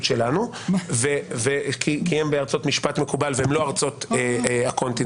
שלנו כי הן בארצות משפט מקובל והן לא ארצות הקונטיננט.